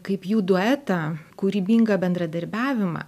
kaip jų duetą kūrybingą bendradarbiavimą